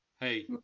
Hey